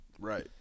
Right